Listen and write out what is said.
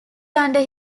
under